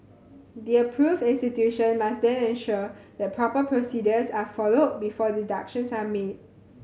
the approved institution must then ensure that proper procedures are followed before deductions are made